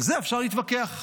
על זה אפשר להתווכח.